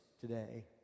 today